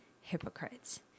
hypocrites